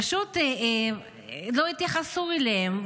פשוט לא התייחסו אליהם,